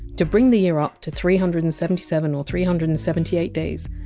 to bring the year up to three hundred and seventy seven or three hundred and seventy eight days,